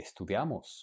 Estudiamos